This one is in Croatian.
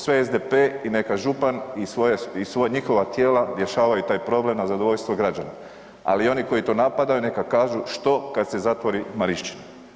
Sve SDP i neka župan i njihova tijela rješavaju taj problem na zadovoljstvo građana, ali oni koji to napadaju neka kažu što kad se zatvori Marišćina.